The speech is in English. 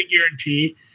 guarantee